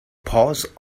paws